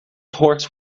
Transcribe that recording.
horse